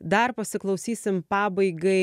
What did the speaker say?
dar pasiklausysim pabaigai